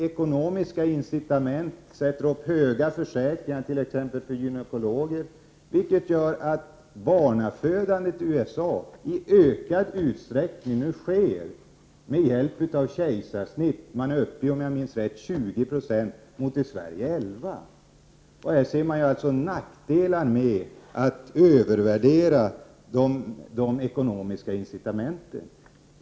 Ekonomiska incitament förs in och höga försäkringar sätts upp, t.ex. för gynekologer, vilket gör att barnafödandet i USA i ökad utsträckning nu sker med hjälp av kejsarsnitt —20 96 mot i Sverige 11 90. Det är alltså nackdelarna med att övervärdera de ekonomiska incitamenten.